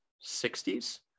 sixties